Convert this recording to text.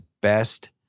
best